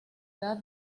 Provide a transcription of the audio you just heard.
edad